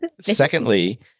Secondly